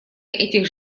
этих